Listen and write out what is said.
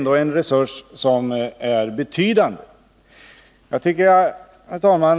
Det är ändå en betydande resurs. Fru talman!